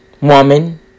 woman